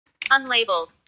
Unlabeled